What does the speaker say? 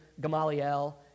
Gamaliel